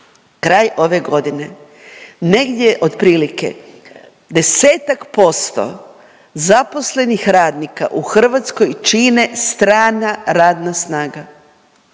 Kraj ove godine, negdje otprilike 10-ak posto zaposlenih radnika u Hrvatskoj čine strana radna snaga